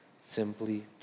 Simply